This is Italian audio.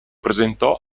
presentò